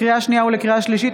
לקריאה שנייה ולקריאה שלישית,